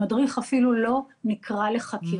המדריך אפילו לא נקרא לחקירה.